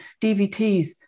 DVTs